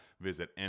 Visit